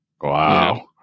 Wow